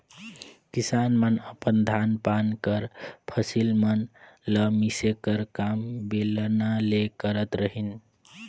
किसान मन अपन धान पान कर फसिल मन ल मिसे कर काम बेलना ले करत रहिन